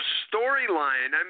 storyline